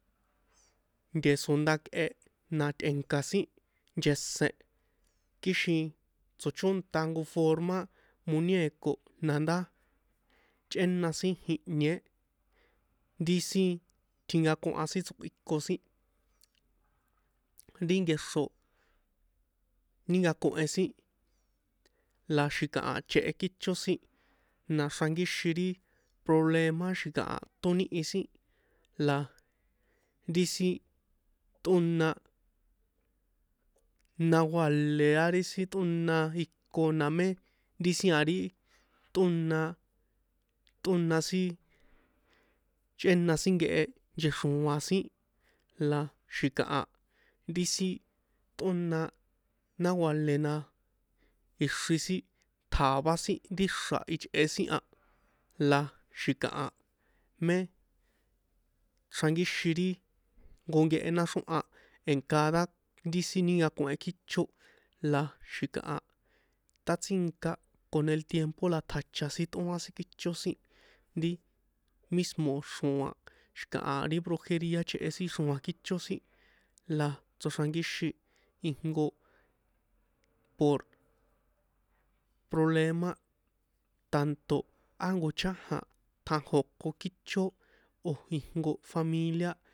Nteso nda̱kꞌe na tꞌe̱nka̱ sin nchesen kixin tsochónta jnko forma muñeko na ndá chꞌéna sin jihnié ri sin tjinkakohan sin tsokꞌuikon sin ri nkexro nínkakohen sin la xi̱kaha chꞌehe kícho sin na xrankíxin ri problema xi̱kaha tónihi sin la ri sin tꞌóna náhuale a ri sin tꞌóna iko na mé ri sin a ri tꞌóna tꞌóna sin chꞌéna sin nkehe bchexro̱a̱n sin a xi̱kaha ri sin tꞌóna náhuale na ixri sin tja̱vá sin ri ixra̱ ichꞌe sin a la xi̱kaha mé xrankíxin ri jnko nkehe náxrjohan en cada ri sin nínkakohen kícho la xi̱kaha tsꞌátsínka con el tiempo la tsacha sin tꞌóan sin kícho sin ri mísmo̱ xro̱a̱n xi̱kaha ri brujeria chꞌehe sin xro̱a̱n kícho sin la tsoxrankíxin ijnko por problema tanto á jnko chajan tjájo̱nko kícho o̱ ijnko familia.